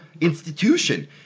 institution